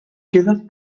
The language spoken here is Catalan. queden